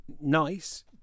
nice